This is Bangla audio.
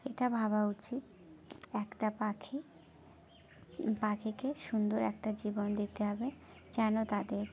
এটা ভাবা উচিত একটা পাখি পাখিকে সুন্দর একটা জীবন দিতে হবে যেন তাদের